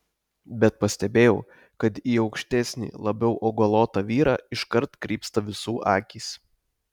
bet pastebėjau kad į aukštesnį labiau augalotą vyrą iškart krypsta visų akys